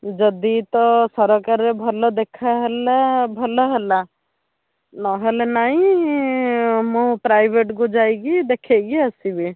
ଯଦି ତ ସରକାରୀରେ ଭଲ ଦେଖାହେଲା ଭଲ ହେଲା ନହେଲେ ନାଇଁ ମୁଁ ପ୍ରାଇଭେଟ୍କୁ ଯାଇକି ଦେଖେଇକି ଆସିବି